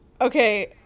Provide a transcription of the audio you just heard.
Okay